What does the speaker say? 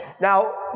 Now